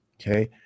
Okay